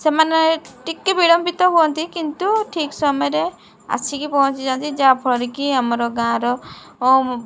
ସେମାନେ ଟିକେ ବିଳମ୍ବିତ ହୁଅନ୍ତି କିନ୍ତୁ ଠିକ୍ ସମୟରେ ଆସିକି ପହଞ୍ଚିଯାଆନ୍ତି ଯାହାଫଳରେ କି ଆମର ଗାଁର